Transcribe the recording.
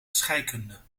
scheikunde